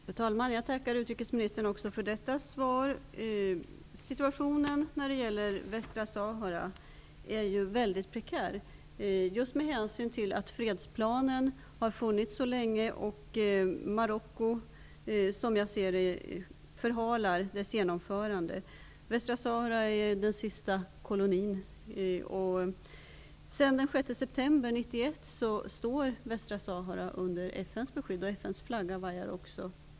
Fru talman! Jag tackar utrikesministern också för detta svar. Situationen när det gäller Västra Sahara är prekär med hänsyn till att fredsplanen har funnits länge och Marocko, som jag ser det, förhalar dess genomförande. Västra Sahara är den sista kolonin. Sedan den 6 september 1991 står Västra Sahara under FN:s beskydd. FN:s flagga vajar på territoriet.